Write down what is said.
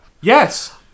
yes